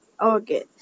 Okay